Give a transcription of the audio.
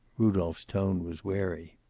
rudolph's tone was wary.